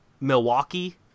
Milwaukee